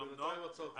אבל בינתיים עצרתם את זה.